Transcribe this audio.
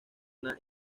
una